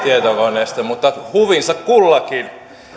tietokoneesta mutta huvinsa kullakin